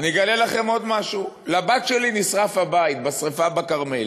אגלה לכם עוד משהו: לבת שלי נשרף הבית בשרפה בכרמל.